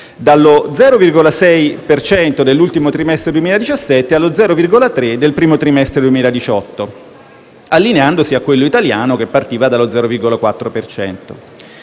cento dell'ultimo trimestre 2017 allo 0,3 per cento del primo trimestre 2018, allineandosi a quello italiano, che partiva dallo 0,4